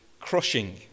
crushing